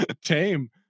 tame